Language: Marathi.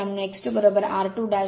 म्हणून x 2 r2 0